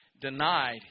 denied